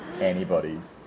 anybody's